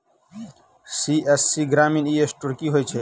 CSC Grameen e store की होइ छै?